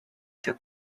took